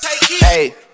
Hey